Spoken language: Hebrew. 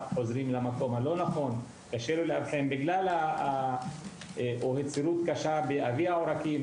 חוזרים למקום הלא נכון או היצרות קשה באבי העורקים,